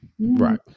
right